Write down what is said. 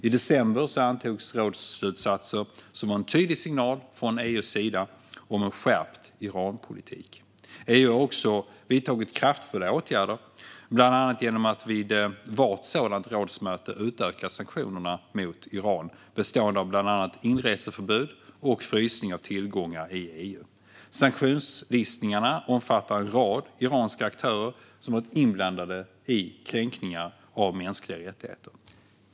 I december antogs rådsslutsatser som var en tydlig signal från EU:s sida om en skärpt Iran-politik. EU har också vidtagit kraftfulla åtgärder, bland annat genom att vid varje sådant rådsmöte utöka sanktionerna mot Iran, bestående av bland annat av inreseförbud och frysning av tillgångar i EU. Sanktionslistningarna omfattar en rad iranska aktörer som varit inblandade i kränkningar av mänskliga rättigheter.